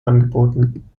angeboten